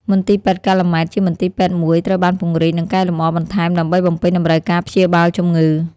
មន្ទីរពេទ្យកាល់ម៉ែត ជាមន្ទីរពេទ្យមួយត្រូវបានពង្រីក និងកែលម្អបន្ថែម ដើម្បីបំពេញតម្រូវការព្យាបាលជំងឺ។